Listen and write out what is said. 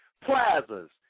plazas